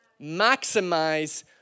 Maximize